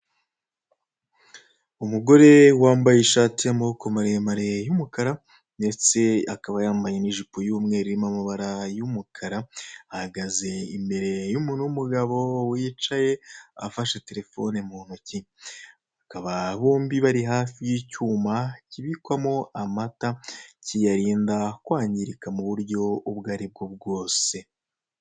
Umugore wambaye ishati y'amaboko maremare y'umukara, ndetse akaba yambaye n'ijipo y'umweru irimo amabara y'umukara, ahagaze imbere y'umuntu w'umugabo wicaye afashe terefone mu ntoki, bakaba bombi bari hafi y'icyuma kibikwamo amata kiyarinda kwangirika mu buryo ubwo aribwo bwose.